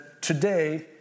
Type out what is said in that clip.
today